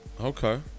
Okay